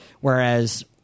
Whereas